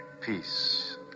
peace